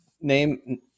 Name